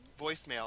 voicemail